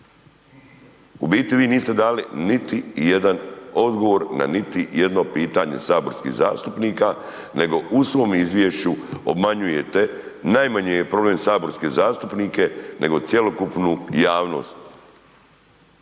U biti vi niste dali niti jedan odgovor na niti jedno pitanje saborskih zastupnika, nego u svom izvješću obmanjujete, najmanji je problem saborske zastupnike, nego cjelokupnu javnost.